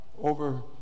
over